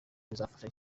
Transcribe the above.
bizafasha